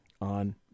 on